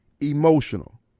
emotional